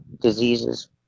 diseases